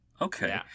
Okay